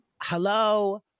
hello